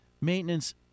maintenance